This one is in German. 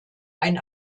ein